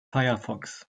firefox